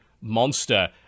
monster